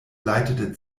leitete